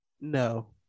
No